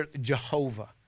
Jehovah